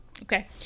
Okay